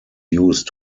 used